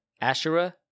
Asherah